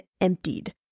emptied